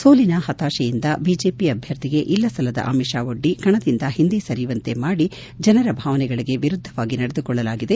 ಸೋಲಿನ ಪತಾಶೆಯಿಂದ ಬಿಜೆಪಿ ಅಭ್ಯರ್ಥಿಗೆ ಇಲ್ಲಸಲ್ಲದ ಅಮಿಷ ಒಡ್ಡಿ ಕಣದಿಂದ ಒಂದೆ ಸರಿಯುವಂತೆ ಮಾಡಿ ಜನರ ಭಾವನೆಗಳಿಗೆ ವಿರುದ್ದವಾಗಿ ನಡೆದುಕೊಳ್ಳಲಾಗಿದೆ